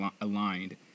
aligned